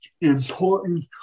important